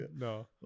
no